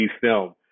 film